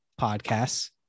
podcasts